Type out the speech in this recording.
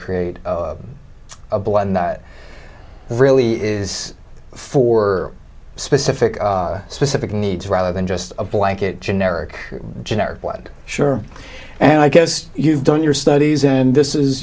create a blend that really is for specific specific needs rather than just a blanket generic generic one sure and i guess you've done your studies and this is